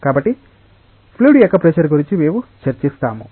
కాబట్టి ఫ్లూయిడ్ యొక్క ప్రెషర్ గురించి మేము చర్చిస్తాము